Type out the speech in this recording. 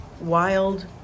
wild